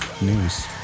news